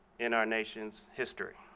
in our nation's history.